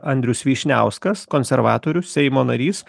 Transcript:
andrius vyšniauskas konservatorių seimo narys